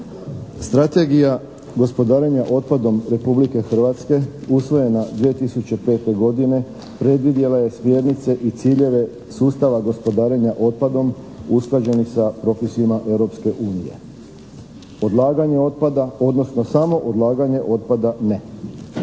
Strategija gospodarenja otpadom Republike Hrvatske usvojena 2005. godine predvidjela je smjernice i ciljeve sustava gospodarenja otpadom usklađenih sa propisima Europske unije. Odlaganje otpada, odnosno samoodlaganje otpada ne.